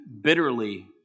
bitterly